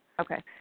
Okay